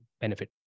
benefit